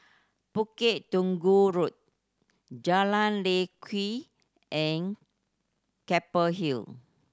Bukit Tunggal Road Jalan Lye Kwee and Keppel Hill